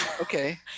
Okay